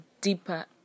deeper